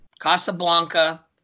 Casablanca